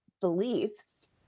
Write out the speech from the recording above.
beliefs